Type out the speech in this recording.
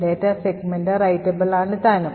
data segment writeable ആണ് താനും